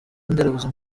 nderabuzima